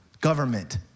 government